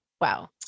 Wow